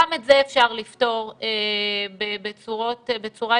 גם את זה אפשר לפתור בצורה יצירתית.